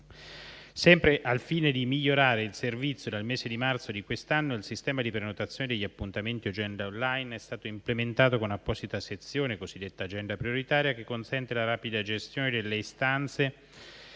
Sempre al fine di migliorare il servizio, dal mese di marzo di quest'anno il sistema di prenotazione degli appuntamenti Agenda online è stato implementato con apposita sezione, cosiddetta agenda prioritaria, che consente la rapida gestione delle istanze